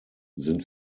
sind